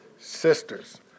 sisters